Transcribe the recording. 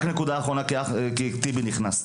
רק נקודה אחרונה, כי אחמד טיבי נכנס.